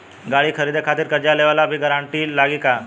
गाड़ी खरीदे खातिर कर्जा लेवे ला भी गारंटी लागी का?